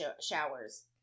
showers